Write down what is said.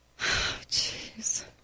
Jeez